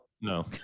No